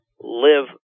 live